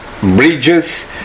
bridges